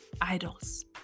idols